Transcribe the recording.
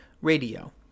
radio